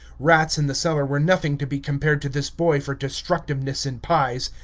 rats in the cellar were nothing to be compared to this boy for destructiveness in pies.